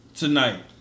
tonight